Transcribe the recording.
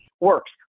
works